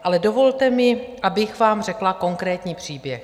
Ale dovolte mi, abych vám řekla konkrétní příběh.